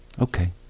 okay